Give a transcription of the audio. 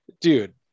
Dude